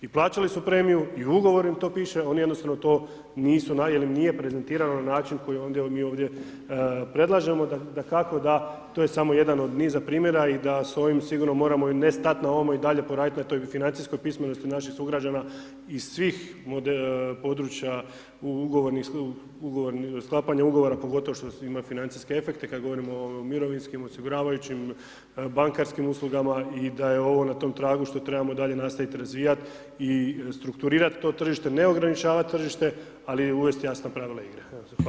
I plaćali su premiju i u Ugovoru im to piše, oni jednostavno to nisu, ili im nije prezentirano na način koji mi ovdje predlažemo, dakako, to je samo jedan od niza primjera i da s ovim sigurno moramo, ne stati na ovome, i dalje poraditi na toj financijskom pismenosti naših sugrađana i svih od područja sklapanja Ugovora, pogotovo što ima financijske efekte, kad govorimo o mirovinskim, osiguravajućim, bankarskim uslugama i da je ovo na tom tragu što trebamo dalje nastaviti razvijati i strukturirati to tržište, ne ograničavati tržište, ali uvesti jasna pravila igre.